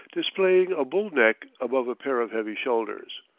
displaying a bull neck above a pair of heavy shoulders.